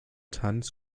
tanz